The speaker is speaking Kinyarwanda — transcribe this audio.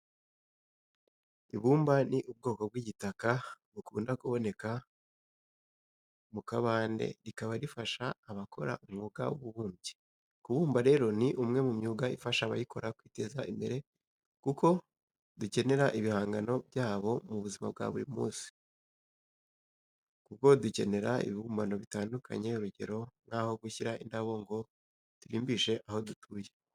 Ibumba ni ubwoko bw'igitaka bukunda kuboneka mu kabande rikaba rifasha abakora umwuga w'ububumbyi. Kubumba rero ni umwe mu myuga ifasha abayikora kwiteza imbere kuko dukenera ibihangano byabo mu buzima bwacu bwa buri munsi, kuko dukenera ibibumbano bitandukanye, urugero ni nk'aho gushyira indabo ngo turimbishe aho dutuye.